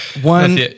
one